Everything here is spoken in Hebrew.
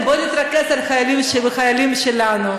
התקבלה בקריאה שנייה ובקריאה שלישית ונכנסת לספר החוקים של מדינת ישראל.